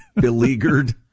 beleaguered